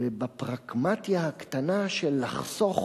ובפרקמטיא הקטנה של לחסוך